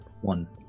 one